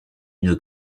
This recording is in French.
une